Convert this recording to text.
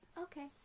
Okay